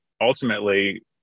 ultimately